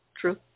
True